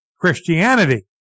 Christianity